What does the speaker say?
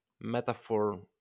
metaphor